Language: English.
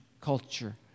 culture